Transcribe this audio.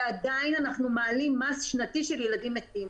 ועדיין אנחנו מעלים מס שנתי של ילדים מתים.